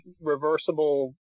reversible